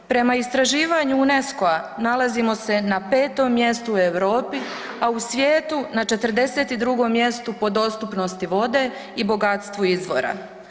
Prema istraživanju UNESCO-a, nalazimo se na 5. mjestu u Europi, a u svijetu na 42. mjestu po dostupnosti vodu po bogatstvu izvora.